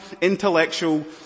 intellectual